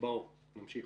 ברור, נמשיך.